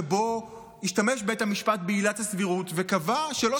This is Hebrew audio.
שבו השתמש בית המשפט בעילת הסבירות וקבע שלא